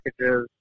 packages